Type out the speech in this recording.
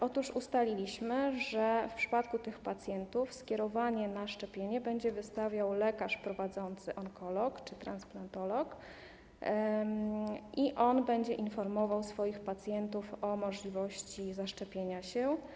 Otóż ustaliliśmy, że w przypadku tych pacjentów skierowanie na szczepienie będzie wystawiał lekarz prowadzący onkolog czy transplantolog i będzie on informował swoich pacjentów o możliwości zaszczepienia się.